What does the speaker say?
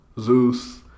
Zeus